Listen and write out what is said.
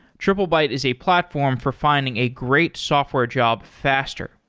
triplebyte is a platform for finding a great software job faster.